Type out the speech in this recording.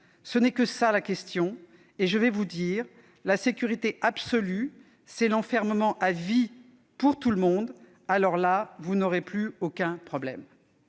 Ce n'est que ça, la question. [...] Et je vais vous dire, la sécurité absolue, c'est l'enfermement à vie pour tout le monde. Alors là, vous n'aurez plus aucun problème